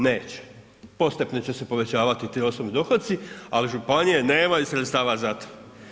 Neće, postepeno će se povećavati ti osobni dohoci, ali županije nemaju sredstava za to.